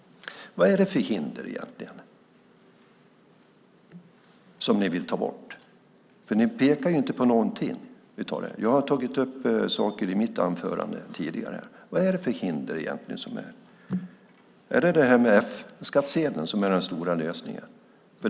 Vad är det för hinder egentligen som ni vill ta bort? Ni pekar ju inte på någonting av det. Jag har tagit upp saker i mitt anförande tidigare här. Vad är det för hinder egentligen? Är det F-skattsedeln som är den stora lösningen?